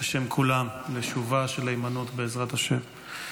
בשם כולם, לשובה של היימנוט, בעזרת השם.